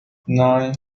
nine